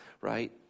right